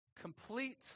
Complete